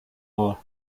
ore